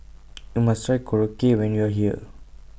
YOU must Try Korokke when YOU Are here